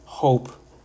Hope